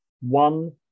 one